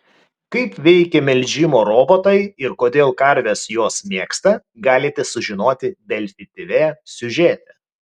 kaip veikia melžimo robotai ir kodėl karves juos mėgsta galite sužinoti delfi tv siužete